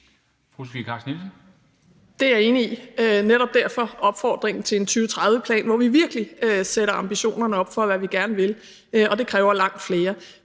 Det er jeg enig i, og netop derfor opfordringen til en 2030-plan, hvor vi virkelig sætter ambitionerne op for, hvad vi gerne vil, og det kræver langt flere.